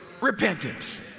repentance